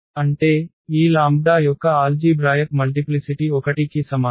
అంటే ఈ λ యొక్క ఆల్జీభ్రాయక్ మల్టిప్లిసిటి 1 కి సమానం